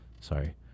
Sorry